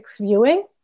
viewing